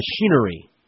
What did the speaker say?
machinery